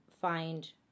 find